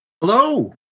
Hello